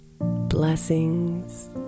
Blessings